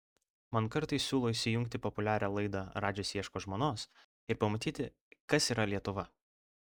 man kartais siūlo įsijungti populiarią laidą radžis ieško žmonos ir pamatyti kas yra lietuva